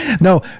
No